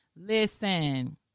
Listen